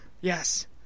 Yes